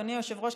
אדוני היושב-ראש,